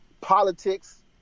politics